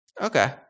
Okay